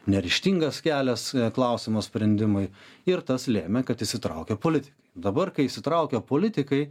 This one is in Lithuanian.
neryžtingas kelias klausimo sprendimui ir tas lėmė kad įsitraukia politikai dabar kai įsitraukia politikai